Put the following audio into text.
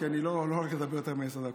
כי אני לא הולך לדבר יותר מעשר דקות.